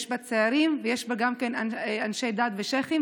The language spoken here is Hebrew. יש בה צעירים ויש בה גם אנשי דת ושייח'ים,